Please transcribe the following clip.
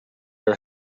are